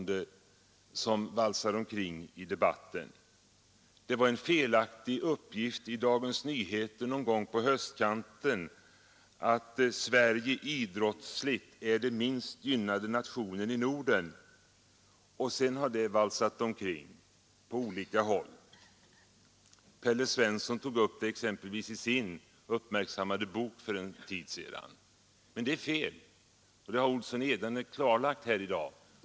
Det var en felaktig uppgift i Dagens Nyheter någon gång på höstkanten att Sverige idrottsligt är den minst gynnade nationen i Norden, som sedan har valsat omkring på olika håll. Pelle Svensson tog upp samma sak i sin uppmärksammade bok för en tid sedan. Men det är fel! Det har herr Olsson i Edane klarlagt här i dag.